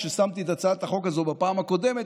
כששמתי את הצעת החוק הזאת בפעם הקודמת,